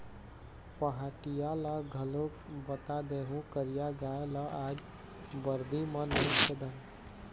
पहाटिया ल घलोक बता देहूँ करिया गाय ल आज बरदी म नइ खेदन